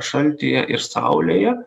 šaltyje ir saulėje